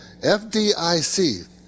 FDIC